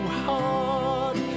hard